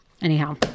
Anyhow